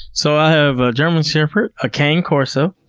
so i have a german shepherd, a cane corso,